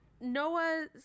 Noah